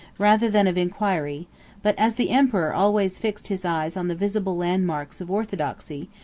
rather than of inquiry but as the emperor always fixed his eyes on the visible landmarks of orthodoxy,